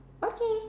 okay